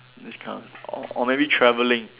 these kind of s~ or or maybe travelling